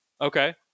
okay